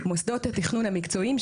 מוסדות התכנון המקצועיים,